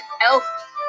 elf